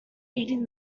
eating